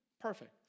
perfect